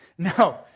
No